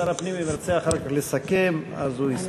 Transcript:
שר הפנים, אם ירצה, אחר כך, לסכם, אז הוא יסכם.